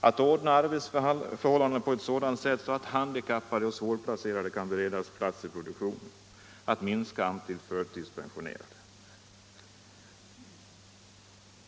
Hur skall de kunna åstadkomma en sådan förändring att handikappade och svårplacerade kan beredas plats i produktionen och antalet förtidspensionerade minskar?